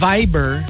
Viber